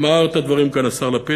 אמר את הדברים כאן השר לפיד,